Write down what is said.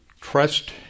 Trust